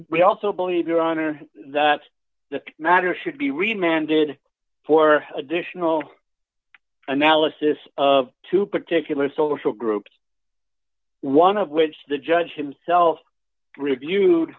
we also believe your honor that the matter should be read man did for additional analysis of two particular social groups one of which the judge himself reviewed